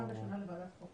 פעם בשנה לוועדת חוק,